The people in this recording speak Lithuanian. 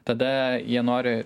tada jie nori